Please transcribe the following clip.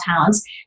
towns